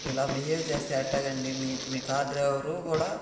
ఇలా బిహేవ్ చేస్తే ఎట్టాగండి మీ మీ కార్ డ్రైవరు కూడా